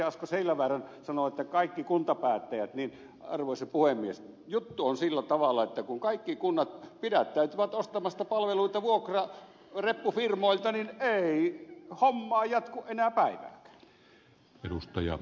asko seljavaara sanoi että kaikki kuntapäättäjät niin arvoisa puhemies juttu on sillä tavalla että kun kaikki kunnat pidättäytyvät ostamasta palveluita vuokrareppufirmoilta niin ei homma jatku enää päivääkään